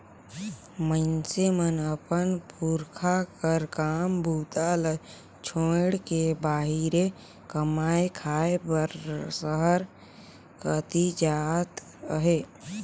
मइनसे मन अपन पुरखा कर काम बूता ल छोएड़ के बाहिरे कमाए खाए बर सहर कती जात अहे